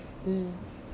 mm